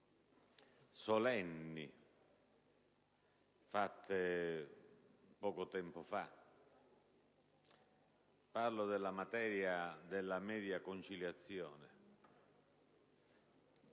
solenni fatte poco tempo fa. Mi riferisco alla materia della media conciliazione.